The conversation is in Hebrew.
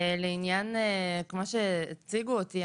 כמו שהציגו אותי,